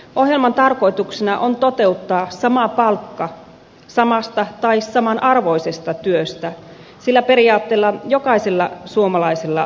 ohjelman tarkoituksena on toteuttaa sama palkka samasta tai samanarvoisesta työstä sillä periaatteella jokaisella suomalaisella työpaikalla